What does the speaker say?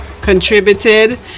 contributed